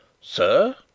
Sir